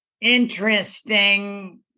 interesting